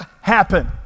happen